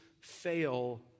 fail